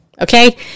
Okay